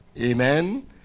Amen